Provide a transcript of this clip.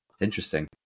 Interesting